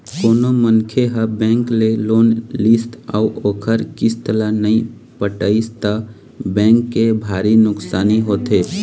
कोनो मनखे ह बेंक ले लोन लिस अउ ओखर किस्त ल नइ पटइस त बेंक के भारी नुकसानी होथे